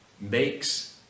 makes